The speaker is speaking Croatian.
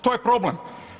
To je problem.